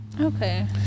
okay